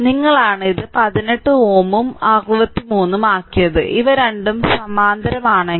നിങ്ങളാണ് ഇത് 18 Ω ഉം 63 ഉം ആക്കിയത് ഇവ രണ്ടും സമാന്തരമാണെങ്കിൽ